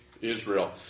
Israel